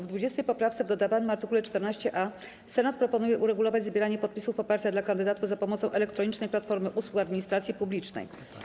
W 20. poprawce w dodawanym art. 14a Senat proponuje uregulować zbieranie podpisów poparcia dla kandydatów za pomocą Elektronicznej Platformy Usług Administracji Publicznej.